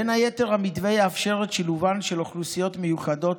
בין היתר המתווה יאפשר את שילובן של אוכלוסיות מיוחדות,